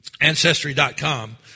Ancestry.com